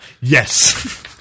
Yes